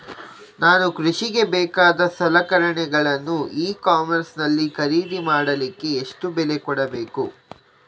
ನಾನು ಕೃಷಿಗೆ ಬೇಕಾದ ಸಲಕರಣೆಗಳನ್ನು ಇ ಕಾಮರ್ಸ್ ನಲ್ಲಿ ಖರೀದಿ ಮಾಡಲಿಕ್ಕೆ ಎಷ್ಟು ಬೆಲೆ ಕೊಡಬೇಕು?